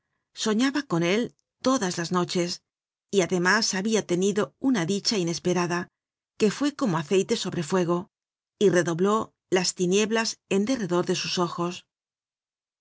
soñaba con él todas las noches y además habia tenido una dicha inesperada que fue como aceite sobre fuego y redobló las tinieblas en derredor de sus ojos